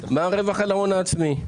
מה הרווח על ההון העצמי.